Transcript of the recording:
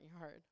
yard